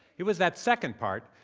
it was that second part,